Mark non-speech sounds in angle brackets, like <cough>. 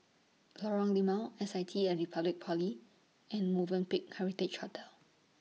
<noise> Lorong Limau S I T At Republic Poly and Movenpick Heritage Hotel